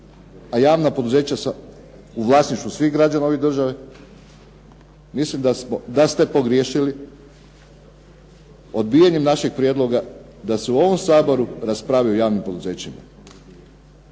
a javna poduzeća u vlasništvu svih građana ove države. Mislim da ste pogriješili odbijanjem našeg prijedloga da se ovom Saboru raspravlja o javnim poduzećima.